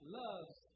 loves